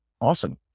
awesome